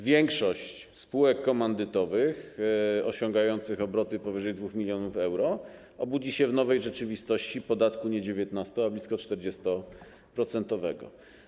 Większość spółek komandytowych osiągających obroty powyżej 2 mln euro obudzi się w nowej rzeczywistości - podatku nie 19-, ale blisko 40-procentowego.